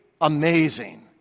amazing